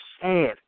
sad